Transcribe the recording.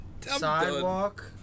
Sidewalk